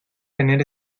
tener